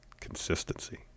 consistency